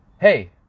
Hey